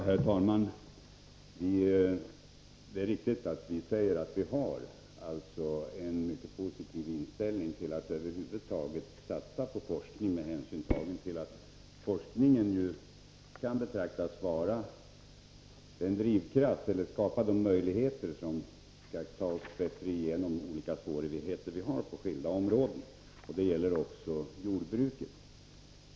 Herr talman! Det är riktigt att vi har en mycket positiv inställning till att satsa på forskning över huvud taget. Anledningen härtill är att forskningen kan skapa möjligheter för oss att bättre ta oss igenom de olika svårigheterna på skilda områden — det gäller också jordbruket.